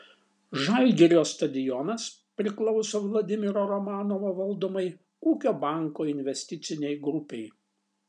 žalgirio stadionas priklauso vladimiro romanovo valdomai ūkio banko investicinei grupei